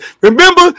Remember